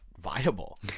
viable